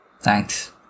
Thanks